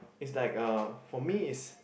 it's like uh for me is